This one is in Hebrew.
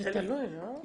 זה תלוי, לא?